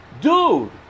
dude